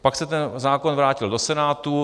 Pak se ten zákon vrátil do Senátu.